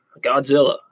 Godzilla